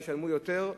ישלמו יותר,